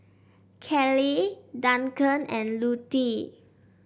Kellee Duncan and Lutie